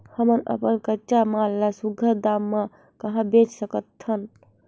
हमन अपन कच्चा माल ल सुघ्घर दाम म कहा बेच सकथन?